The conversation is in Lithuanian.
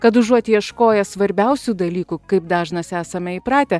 kad užuot ieškoję svarbiausių dalykų kaip dažnas esame įpratę